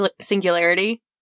Singularity